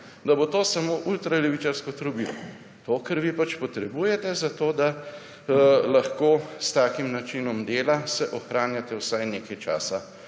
da bo to samo ultralevičarsko trobilo. To, kar vi pač potrebujete, da se lahko s takim načinom dela ohranjate vsaj nekaj časa